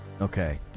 Okay